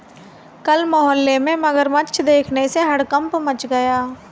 कल मोहल्ले में मगरमच्छ देखने से हड़कंप मच गया